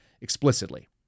explicitly